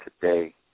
today